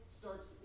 starts